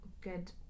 good